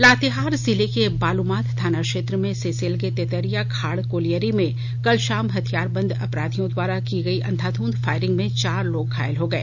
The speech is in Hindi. लातेहार जिले के बालूमाथ थाना क्षेत्र में सीसीएल के तेतरिया खाड़ कोलियरी में कल शाम हथियार बंद अपराधियों द्वारा की गई अंधाधुंध फायरिंग में चार लोग घायल हो गए